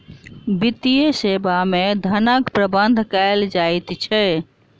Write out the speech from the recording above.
वित्तीय सेवा मे धनक प्रबंध कयल जाइत छै